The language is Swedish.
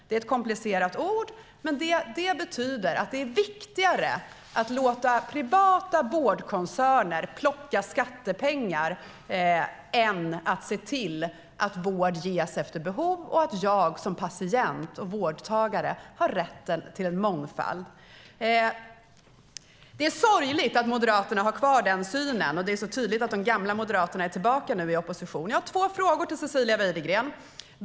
Det är ett komplicerat ord, men det betyder att det är viktigare att låta privata vårdkoncerner plocka skattepengar än att se till att vård ges efter behov och att jag som patient och vårdtagare har rätt till mångfald. Det är sorgligt att Moderaterna har kvar den synen, och det är tydligt att de gamla Moderaterna är tillbaka nu när de är i opposition. Jag har två frågor till Cecilia Widegren.